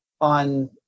on